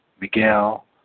Miguel